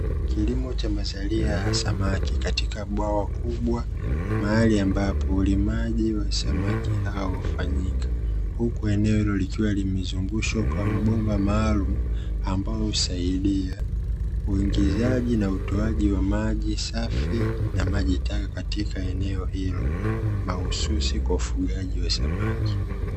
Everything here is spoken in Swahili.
Kilimo cha mazalia ya samaki katika bwawa kubwa, mahali ambapo ulimaji wa samaki hao hufanyika. Huku eneo hilo likiwa limezungushwa kwa mabomba maalumu, ambayo husaidia uingizaji na utoaji wa maji safi na maji taka katika eneo hilo, mahususi kwa ufugaji wa samaki.